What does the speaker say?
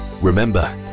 Remember